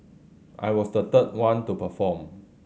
I was the third one to perform